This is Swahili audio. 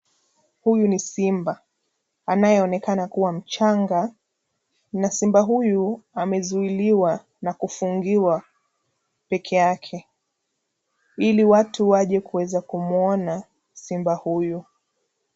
Huyu ni simba anayeonekana kuwa mchanga na simba huyu amezuiliwa na kufungiwa peke yake ili watu waje kuweza kumuona simba huyo.